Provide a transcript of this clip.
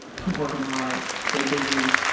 keep working hard, stay busy,